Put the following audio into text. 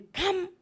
come